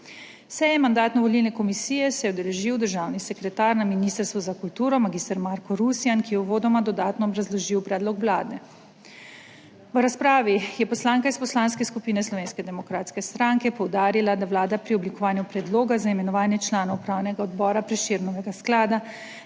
Seje Mandatno-volilne komisije se je udeležil državni sekretar na Ministrstvu za kulturo mag. Marko Rusjan, ki je uvodoma dodatno obrazložil predlog Vlade. V razpravi je poslanka iz Poslanske skupine Slovenske demokratske stranke poudarila, da Vlada pri oblikovanju predloga za imenovanje članov Upravnega odbora Prešernovega sklada